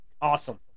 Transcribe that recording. awesome